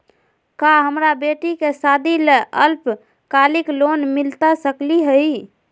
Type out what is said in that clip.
का हमरा बेटी के सादी ला अल्पकालिक लोन मिलता सकली हई?